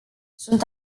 sunt